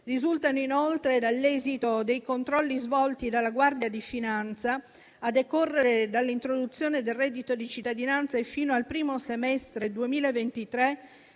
Risultano inoltre, dall'esito dei controlli svolti dalla Guardia di finanza, a decorrere dall'introduzione del reddito di cittadinanza e fino al primo semestre 2023,